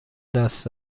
دست